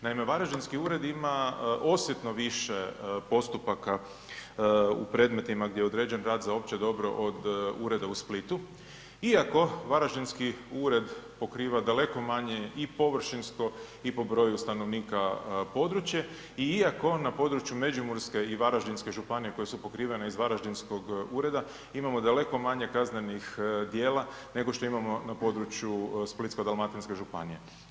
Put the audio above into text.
Naime, varaždinski ured ima osjetno više postupaka u predmetima gdje je određen rad za opće dobro od ureda u Splitu, iako varaždinski ured pokriva daleko manje i površinsko i po broju stanovnika područje i iako na području Međimurske i Varaždinske županije koje su pokrivene iz varaždinskog ureda imamo daleko manje kaznenih djela nego što imamo na području Splitsko-dalmatinske županije.